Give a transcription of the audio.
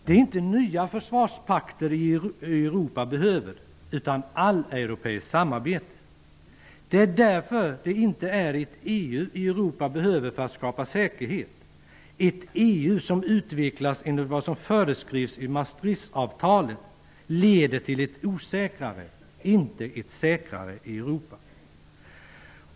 Det är inte nya försvarspakter Europa behöver, utan alleuropeiskt samarbete. Det är därför det inte är ett EU Europa behöver för att skapa säkerhet. Ett EU som utvecklas enligt vad som föreskrivs i Maastrichtavtalet leder till ett osäkrare, inte ett säkrare, Europa.